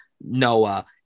Noah